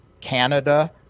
Canada